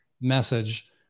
message